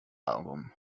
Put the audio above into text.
album